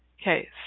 Okay